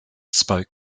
spoke